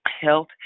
health